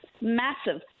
massive